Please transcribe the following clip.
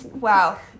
Wow